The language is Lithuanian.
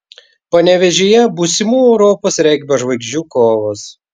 panevėžyje būsimų europos regbio žvaigždžių kovos